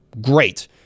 great